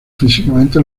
físicamente